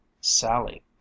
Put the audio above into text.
Sally